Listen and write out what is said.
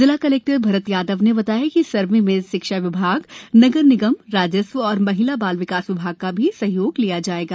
जिला कलेक्टर भरत यादव ने बताया कि सर्वे में शिक्षा विभागनगर निगम राजस्व और महिला बाल विभाग का भी सहयोग लिया जाएगा